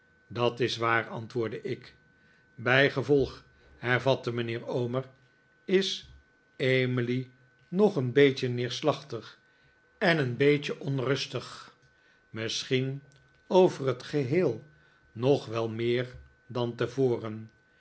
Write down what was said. dat is waar antwoordde ik bijgevolg hervatte mijnheer omer is emily nog een beetje neerslachtig en een beetje onrustig misschien over het geheel nog wel meer dan tevoren